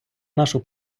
нашу